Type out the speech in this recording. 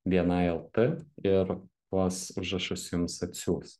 bni lt ir tuos užrašus jums atsiųs